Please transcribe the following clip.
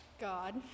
God